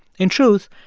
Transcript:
in truth,